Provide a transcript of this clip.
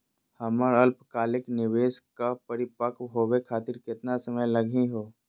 हमर अल्पकालिक निवेस क परिपक्व होवे खातिर केतना समय लगही हो?